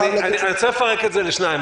אני רוצה לפרק את זה לשניים: